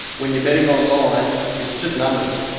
when you're betting online it's just numbers,